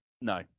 no